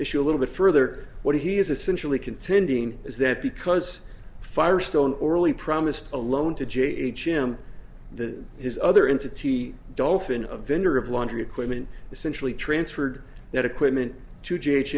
issue a little bit further what he is essentially contending is that because firestone orally promised a loan to g h him that his other into t dolfin of vendor of laundry equipment essentially transferred that equipment to g h